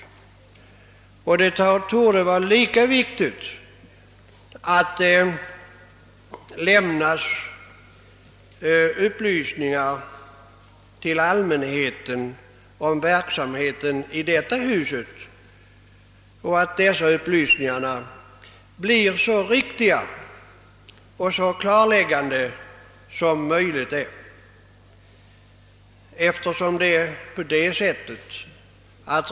Det torde alltså vara lika viktigt att det lämnas upplysningar till allmänheten om verksamheten i detta hus och att dessa upplysningar blir så riktiga och klarläggande som möjligt.